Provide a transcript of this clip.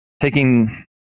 taking